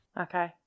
Okay